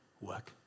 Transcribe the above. work